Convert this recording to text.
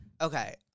Okay